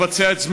מלבצע את זממו,